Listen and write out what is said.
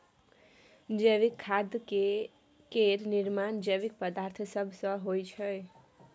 जैविक खाद केर निर्माण जैविक पदार्थ सब सँ होइ छै